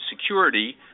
security